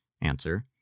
Answer